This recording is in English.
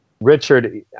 Richard